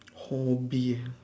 hobby